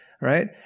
right